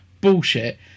bullshit